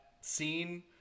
scene